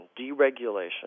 deregulation